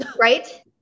Right